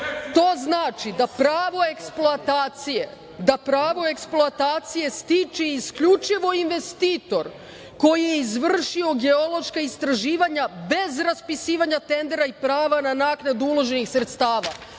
to znači da pravo eksploatacije stiče isključivo investitor koji je izvršio geološka istraživanja bez raspisivanja tendera i prava na naknadu uloženih sredstava.